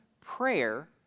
prayer